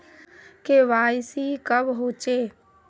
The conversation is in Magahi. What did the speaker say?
के.वाई.सी कब होचे?